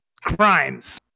crimes